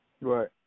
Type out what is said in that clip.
Right